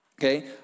okay